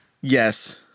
yes